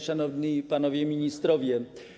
Szanowni Panowie Ministrowie!